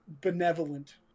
benevolent